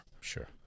Sure